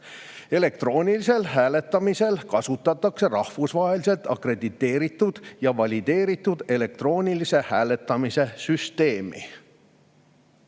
elektroonilisel hääletamisel kasutatakse rahvusvaheliselt akrediteeritud ja valideeritud elektroonilise hääletamise süsteemi.